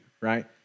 right